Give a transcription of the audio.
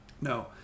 No